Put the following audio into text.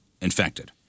infected